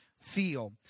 feel